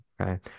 okay